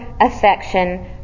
affection